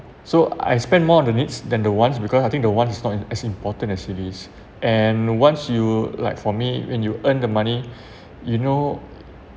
so I spend more on the needs than the wants because I think the wants is not as important as it is and once you like for me when you earn the money you know